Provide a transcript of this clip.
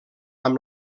amb